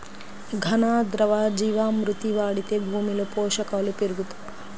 ఘన, ద్రవ జీవా మృతి వాడితే భూమిలో పోషకాలు పెరుగుతాయా?